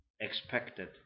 expected